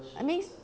I mean